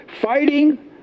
Fighting